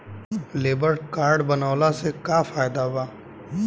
Labour card बनवाला से का फायदा बा?